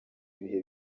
ibihe